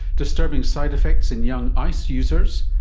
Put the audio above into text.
disturbing side effects in young ice users.